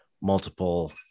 multiple